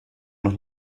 noch